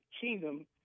kingdom